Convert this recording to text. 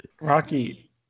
Rocky